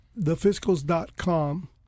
thefiscals.com